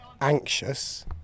anxious